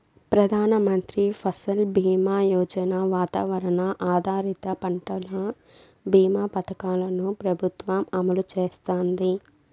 ప్రధాన మంత్రి ఫసల్ బీమా యోజన, వాతావరణ ఆధారిత పంటల భీమా పథకాలను ప్రభుత్వం అమలు చేస్తాంది